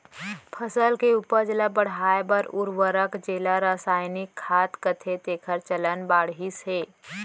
फसल के उपज ल बढ़ाए बर उरवरक जेला रसायनिक खाद कथें तेकर चलन बाढ़िस हे